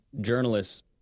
journalists